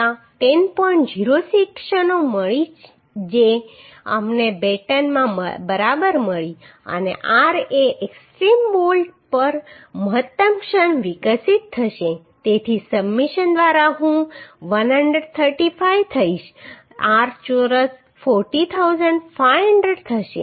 06 ક્ષણો મળી જે અમને બેટનમાં બરાબર મળી અને r એ એક્સ્ટ્રીમ બોલ્ટ પર મહત્તમ ક્ષણ વિકસિત થશે તેથી સબમિશન દ્વારા હું 135 થઈશ r ચોરસ 40500 થશે